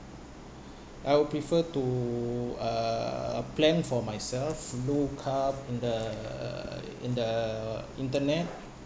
I would prefer to uh plan for myself look up in the in the internet